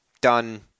done